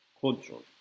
control